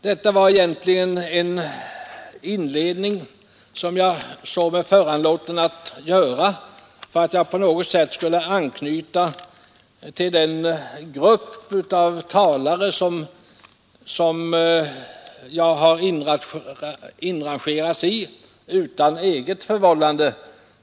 Detta var en inledning som jag såg mig föranlåten att göra för att på något sätt anknyta till den grupp av talare som jag har inrangerats i utan eget förvållande.